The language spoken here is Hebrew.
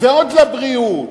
ועוד לבריאות,